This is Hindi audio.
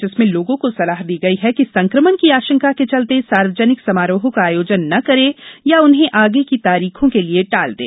जिसमें लोगों को सलाह दी गई है कि संक्रमण की आशंका के चलते सार्वजनिक समारोहों का आयोजन न करें या उन्हें आगे की तारीखों के लिए टाल दें